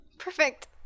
Perfect